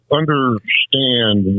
understand